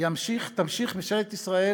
תמשיך ממשלת ישראל,